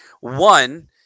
one